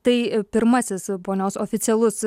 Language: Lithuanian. tai pirmasis ponios oficialus